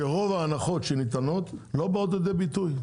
שרוב ההנחות שניתנו לא באות לידי ביטוי.